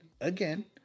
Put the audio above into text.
again